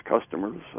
customers